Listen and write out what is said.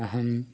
अहम्